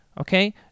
Okay